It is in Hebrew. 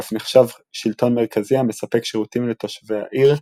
ואף נחשב שלטון מרכזי המספק שירותים לתושבי העיר,